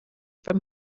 from